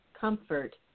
comfort